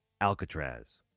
Alcatraz